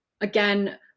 again